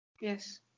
Yes